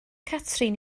catrin